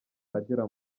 agera